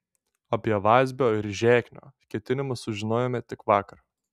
apie vazbio ir žeknio ketinimus sužinojome tik vakar